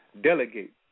delegate